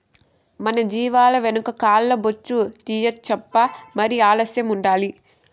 మన జీవాల వెనక కాల్ల బొచ్చు తీయించప్పా మరి అసహ్యం ఉండాలి